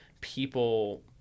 people –